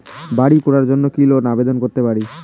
বাড়ি করার জন্য লোন কিভাবে আবেদন করতে পারি?